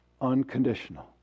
unconditional